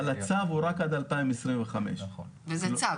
אבל הצו הוא רק עד 2025. וזה צו.